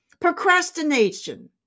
procrastination